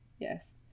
Yes